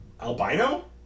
Albino